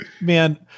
man